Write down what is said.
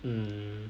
mm